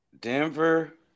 Denver